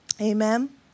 Amen